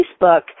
Facebook